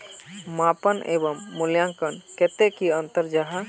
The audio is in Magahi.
मापन एवं मूल्यांकन कतेक की अंतर जाहा?